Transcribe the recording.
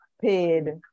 Paid